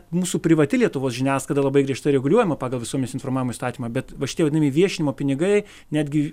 mūsų privati lietuvos žiniasklaida labai griežtai reguliuojama pagal visuomenės informavimo įstatymą bet va šitie vadinami viešinimo pinigai netgi